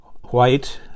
White